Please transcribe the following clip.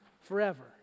forever